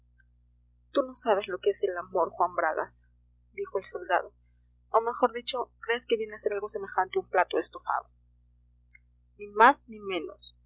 tú no sabes lo que es el amor juan bragas dijo el soldado o mejor dicho crees que viene a ser algo semejante a un plato de estofado ni más ni menos